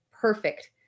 perfect